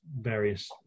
various